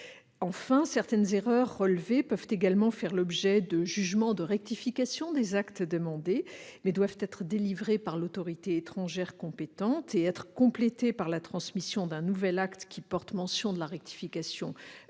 que certaines erreurs relevées peuvent également faire l'objet de jugements de rectification des actes demandés. Cependant, les preuves doivent être délivrées par l'autorité étrangère compétente et être complétées par la transmission d'un nouvel acte qui porte la mention de la rectification dudit